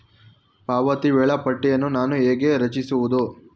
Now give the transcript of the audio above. ಪಾವತಿ ವೇಳಾಪಟ್ಟಿಯನ್ನು ನಾನು ಹೇಗೆ ರಚಿಸುವುದು?